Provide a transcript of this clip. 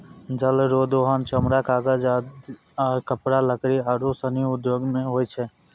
जल रो दोहन चमड़ा, कागज, कपड़ा, लकड़ी आरु सनी उद्यौग मे होय छै